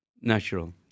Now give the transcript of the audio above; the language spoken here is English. Natural